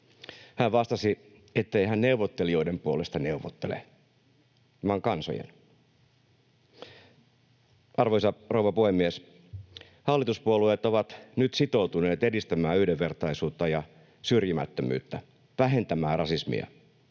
Hän vastasi, ettei hän neuvottelijoiden puolesta neuvottele vaan kansojen. Arvoisa rouva puhemies! Hallituspuolueet ovat nyt sitoutuneet edistämään yhdenvertaisuutta ja syrjimättömyyttä, vähentämään rasismia.